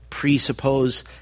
Presuppose